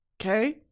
Okay